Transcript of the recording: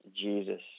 Jesus